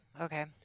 okay